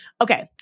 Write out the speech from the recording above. Okay